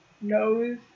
knows